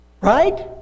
right